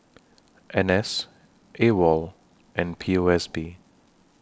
N S AWOL and P O S B